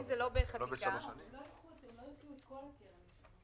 זה אותו אפקט כלכלי.